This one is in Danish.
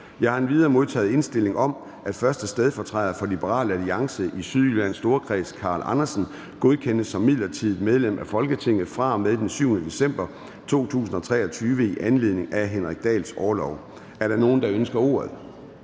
Jeg har endvidere modtaget indstilling om, at 1. stedfortræder for Liberal Alliance i Sydjyllands Storkreds, Carl Andersen, godkendes som midlertidigt medlem af Folketinget fra og med den 7. december 2023, i anledning af Henrik Dahls orlov. Er der nogen, der ønsker ordet?